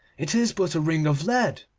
it is but a ring of lead,